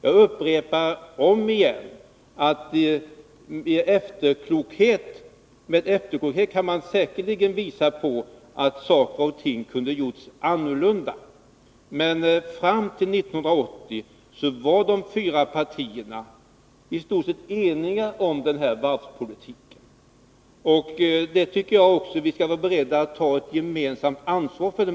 Jag understryker om igen att med efterklokhet kan man säkerligen visa att saker och ting kunde ha gjorts annorlunda. Men fram till 1980 var de fyra partierna i stort sett eniga om den här varvspolitiken, och det tycker jag att vi också skall vara beredda att ta ett gemensamt ansvar för.